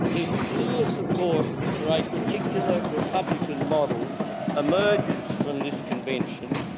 if clear support for a particular republican model emerges from this convention,